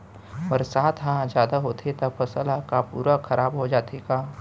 बरसात ह जादा होथे त फसल ह का पूरा खराब हो जाथे का?